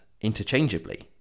interchangeably